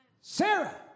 Sarah